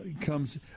comes